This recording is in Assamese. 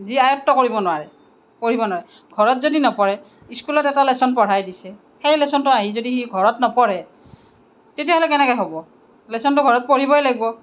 যি আয়ত্ব কৰিব নোৱাৰে পঢ়িব নোৱাৰে ঘৰত যদি নপঢ়ে স্কুলত এটা লেচন পঢ়াই দিছে সেই লেচনটো আহি যদি সি ঘৰত নপঢ়ে তেতিয়াহ'লে কেনেকে হ'ব লেচনটো ঘৰত পঢ়িবই লাগিব